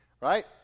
Right